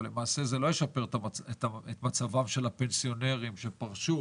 למעשה זה לא ישפר את מצבם של הפנסיונרים שפרשו